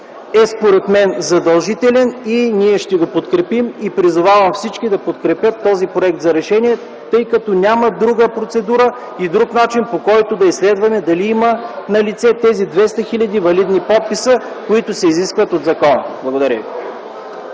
водят оживен разговор.) Призовавам всички да подкрепят този проект за решение, тъй като няма друга процедура и друг начин, по който да изследваме дали са налице тези 200 хил. валидни подписа, които се изискват от закона. Благодаря ви.